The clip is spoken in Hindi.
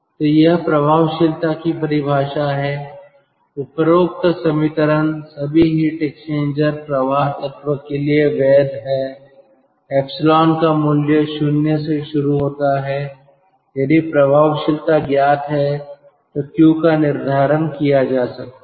तो यह प्रभावशीलता की परिभाषा है उपरोक्त समीकरण सभी हीट एक्सचेंजर प्रवाह तत्व के लिए वैध है एप्सिलॉन का मूल्य 0 से शुरू होता है यदि प्रभावशीलता ज्ञात है तो Q का निर्धारण किया जा सकता है